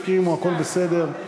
הסכימו, הכול בסדר.